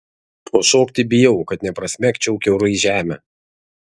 o šokti bijau kad neprasmegčiau kiaurai žemę